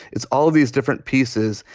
it's all of these different pieces.